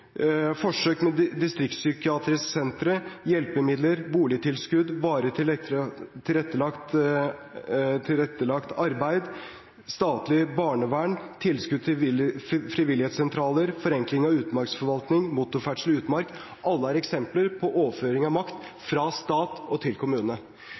forsøk med distriktspsykiatriske sentre, hjelpemidler, boligtilskudd, varig tilrettelagt arbeid, statlig barnevern, tilskudd til frivillighetssentraler, forenkling av utmarksforvaltning, motorferdsel i utmark – alle er eksempler på overføring av makt fra stat og til kommune.